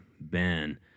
Ben